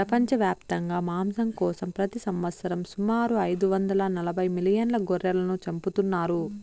ప్రపంచవ్యాప్తంగా మాంసం కోసం ప్రతి సంవత్సరం సుమారు ఐదు వందల నలబై మిలియన్ల గొర్రెలను చంపుతున్నారు